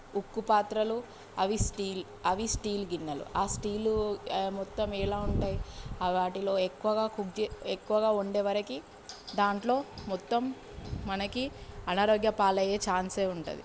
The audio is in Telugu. ఉక్కు పాత్రలు అవి స్టీల్ అవి స్టీల్ గిన్నెలు ఆ స్టీలు మొత్తం ఎలా ఉంటాయి ఆ వాటిల్లో ఎక్కువగా కుక్ జే ఎక్కువగా వండేవరకి దాంట్లో మొత్తం మనకి అనారోగ్య పాలయ్యే ఛాన్సే ఉంటుంది